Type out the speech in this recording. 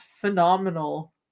phenomenal